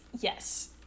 yes